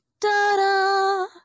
da-da